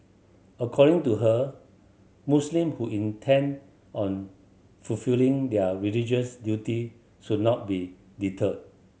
according to her Muslim who intend on fulfilling their religious duty should not be deterred